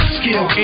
skill